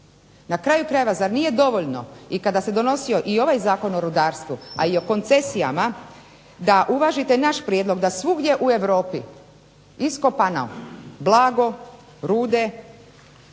Na kraju krajeva zar nije dovoljno i kada se donosio i ovaj Zakon o rudarstvu, a i o koncesijama, da uvažite naš prijedlog da svugdje u Europi iskopano blago, rude